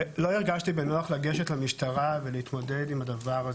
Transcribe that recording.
ולא הרגשתי בנוח לגשת למשטרה ולהתמודד עם הדבר הזה,